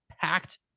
packed